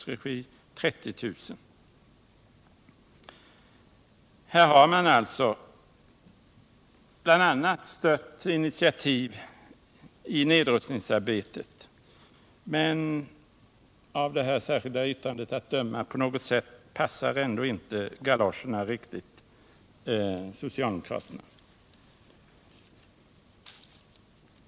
Här har man alltså bl.a. stött initiativ till nedrustningsarbetet, men av det särskilda yttrandet att döma passar ändå inte galoscherna riktigt socialdemokraterna.